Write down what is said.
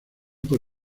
por